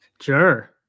Sure